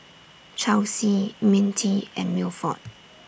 Chelsy Mintie and Milford